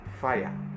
fire